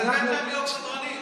ולתת להם להיות סדרנים?